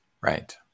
Right